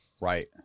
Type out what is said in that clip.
right